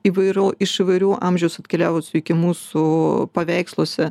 įvairių iš įvairių amžiaus atkeliavusių iki mūsų paveiksluose